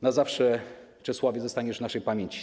Na zawsze, Czesławie, zostaniesz w naszej pamięci.